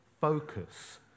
focus